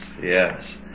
Yes